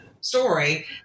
story